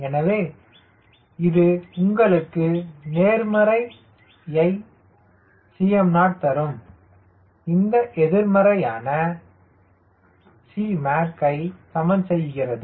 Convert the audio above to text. எனவே இது உங்களுக்கு ஒரு நேர்மறையை Cm0 தரும் இந்த எதிர்மறையான Cmac யை சமன் செய்கிறது